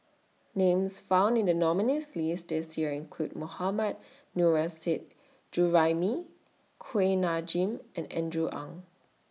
Names found in The nominees' list This Year include Mohammad Nurrasyid Juraimi Kuak Nam Jin and Andrew Ang